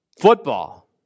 football